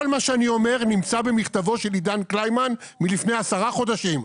כל מה שאני אומר נמצא במכתבו של עידן קלימן מלפני עשרה חודשים.